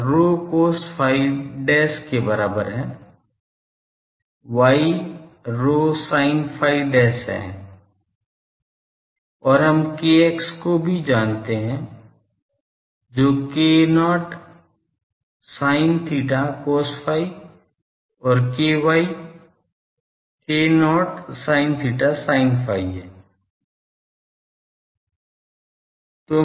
तो x rho cos phi dash के बराबर है y rho sin phi dash है और हम kx को भी जानते हैं जो k0 sin theta cos phi और ky k0 sin theta sin phi है